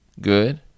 good